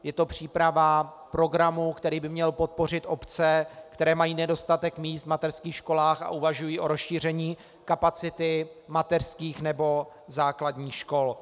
Je to příprava programu, který by měl podpořit obce, které mají nedostatek míst v mateřských školách a uvažují o rozšíření kapacity mateřských nebo základních škol.